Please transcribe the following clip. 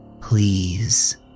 Please